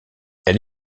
elle